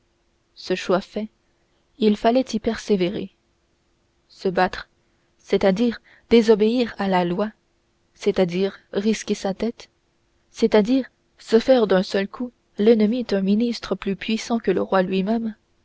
ce choix fait il allait y persévérer se battre c'est-à-dire désobéir à la loi c'est-à-dire risquer sa tête c'est-à-dire se faire d'un seul coup l'ennemi d'un ministre plus puissant que le roi lui-même